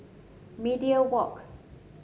Media Walk